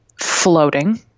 floating